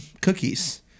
Cookies